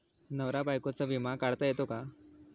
नवरा बायकोचा विमा काढता येतो का?